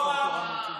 יואב,